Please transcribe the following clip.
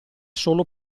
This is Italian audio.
solo